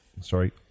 sorry